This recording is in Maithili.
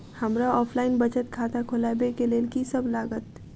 हमरा ऑफलाइन बचत खाता खोलाबै केँ लेल की सब लागत?